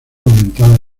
aumentada